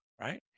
right